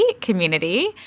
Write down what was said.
community